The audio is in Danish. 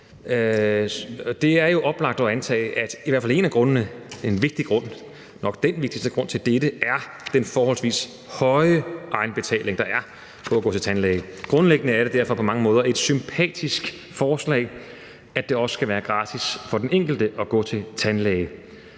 Det er jo oplagt at antage, at i hvert fald en af grundene og nok den vigtigste grund til dette er den forholdsvis høje egenbetaling, der er for at gå til tandlæge. Grundlæggende er det derfor på mange måder et sympatisk forslag, at det også skal være gratis for den enkelte at gå til tandlæge.